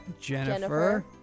Jennifer